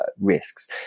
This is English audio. risks